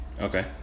okay